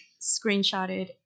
screenshotted